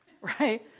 right